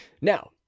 Now